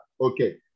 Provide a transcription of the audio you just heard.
okay